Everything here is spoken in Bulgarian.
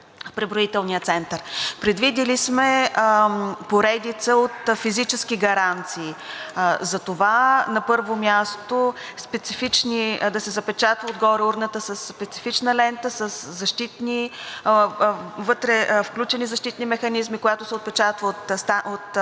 Предвидили сме поредица от физически гаранции за това. На първо място, да се запечати отгоре урната със специфична лента, с включени вътре защитни механизми, която се отпечатва от печатницата